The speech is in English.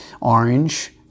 orange